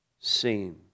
seen